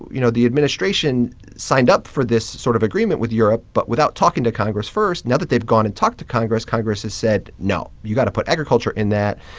you know, the administration signed up for this sort of agreement with europe but without talking to congress first. now that they've gone and talked to congress, congress has said, no, you've got to put agriculture in that.